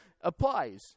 applies